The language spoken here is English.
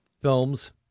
films